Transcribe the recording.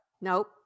Nope